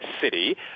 city